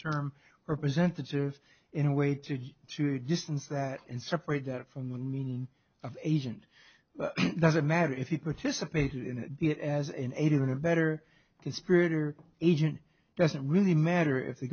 term representative in a way to to distance that and separate that from the meaning of agent doesn't matter if you participated in it as an aider and abettor conspirator agent doesn't really matter if the